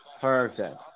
perfect